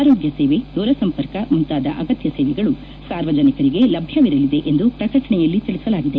ಆರೋಗ್ಯ ಸೇವೆ ದೂರ ಸಂಪರ್ಕ ಮುಂತಾದ ಅಗತ್ಯ ಸೇವೆಗಳು ಸಾರ್ವಜನಿಕರಿಗೆ ಲಭ್ಯವಿರಲಿದೆ ಎಂದು ಪ್ರಕಟಣೆಯಲ್ಲಿ ತಿಳಿಸಲಾಗಿದೆ